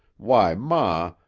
why, ma,